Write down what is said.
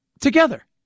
together